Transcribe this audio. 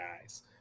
guys